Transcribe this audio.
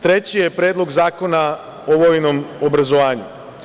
Treći je Predlog zakona o vojnom obrazovanju.